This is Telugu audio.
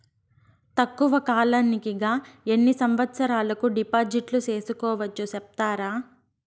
తక్కువ కాలానికి గా ఎన్ని సంవత్సరాల కు డిపాజిట్లు సేసుకోవచ్చు సెప్తారా